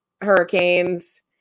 Hurricanes